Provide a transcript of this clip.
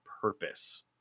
purpose